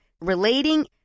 relating